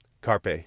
Carpe